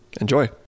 Enjoy